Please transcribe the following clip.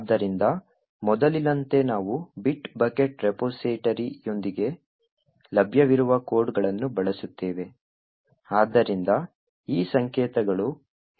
ಆದ್ದರಿಂದ ಮೊದಲಿನಂತೆ ನಾವು ಬಿಟ್ ಬಕೆಟ್ ರೆಪೊಸಿಟರಿಯೊಂದಿಗೆ ಲಭ್ಯವಿರುವ ಕೋಡ್ಗಳನ್ನು ಬಳಸುತ್ತೇವೆ